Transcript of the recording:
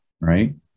right